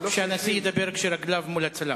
שהנשיא ידבר כשרגליו מול הצלם.